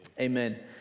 Amen